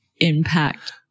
impact